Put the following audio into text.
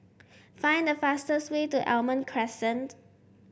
find the fastest way to Almond Crescent